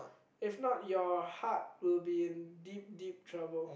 if not your heart will be in deep deep trouble